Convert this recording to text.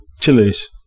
chilies